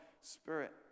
Spirit